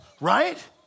right